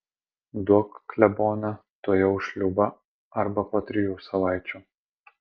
duok klebone tuojau šliūbą arba po trijų savaičių